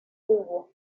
cubo